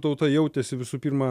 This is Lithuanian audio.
tauta jautėsi visų pirma